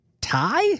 tie